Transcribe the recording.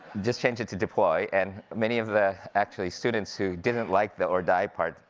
just changed it to deploy, and many of the, actually students who didn't like the or die part,